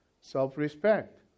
Self-respect